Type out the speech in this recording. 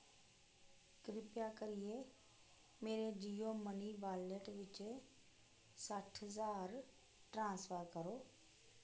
कृपा करियै मेरे जियो मनी वालेट बिच सट्ठ ज्हार ट्रांसफर करो